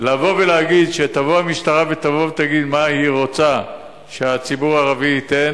שתבוא המשטרה ותגיד מה היא רוצה שהציבור הערבי ייתן